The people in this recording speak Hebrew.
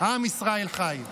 עם ישראל חי.